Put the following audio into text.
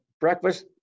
breakfast